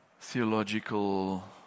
theological